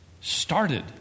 started